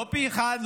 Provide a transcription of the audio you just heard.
לא פי אחד,